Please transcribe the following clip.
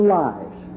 lives